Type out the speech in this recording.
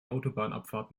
autobahnabfahrt